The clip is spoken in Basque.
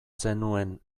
zenuen